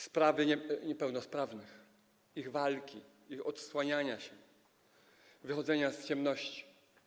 Sprawy niepełnosprawnych, ich walka, ich odsłanianie się, wychodzenie z ciemności.